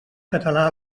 català